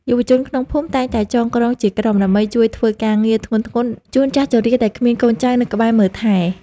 យុវជនក្នុងភូមិតែងតែចងក្រងជាក្រុម ដើម្បីជួយធ្វើការងារធ្ងន់ៗជូនចាស់ជរាដែលគ្មានកូនចៅនៅក្បែរមើលថែ។